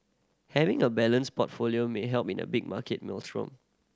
having a balanced portfolio may help in a big market maelstrom